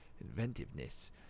inventiveness